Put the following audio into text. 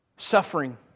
Suffering